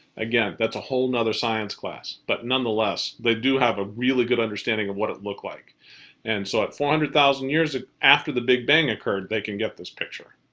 again, that's a whole and other science class. but nonetheless, they do have a really good understanding of what it looks like and so at four hundred thousand years ago ah after the big bang occurred, they can get this picture.